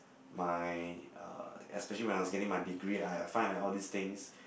my uh especially when I was getting my degree I I find that all these things